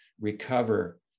recover